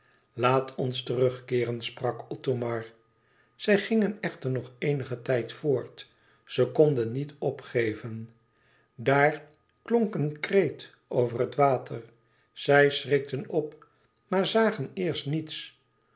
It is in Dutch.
laat ons terugkeeren sprak othomar zij gingen echter nog eenigen tijd voort ze konden niet opgeven daar klonk een kreet over het water zij schrikten op maar zagen eerst niets